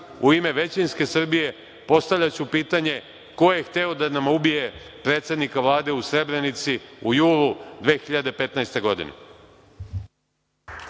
u ime većinske Srbije, postavljaću pitanje ko je hteo da nam ubije predsednika Vlade u Srebrenici, u julu 2015. godine.